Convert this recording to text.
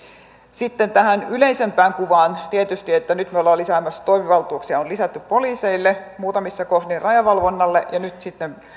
sitten tähän yleisempään kuvaan tietysti että kun nyt me olemme lisäämässä toimivaltuuksia on lisätty poliiseille muutamissa kohdin rajavalvonnalle ja nyt sitten